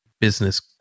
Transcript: business